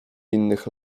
innych